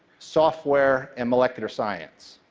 software and molecular science,